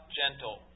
gentle